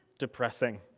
depressing,